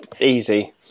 easy